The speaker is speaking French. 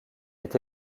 ait